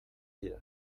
dira